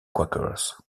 quakers